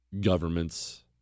governments